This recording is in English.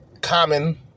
Common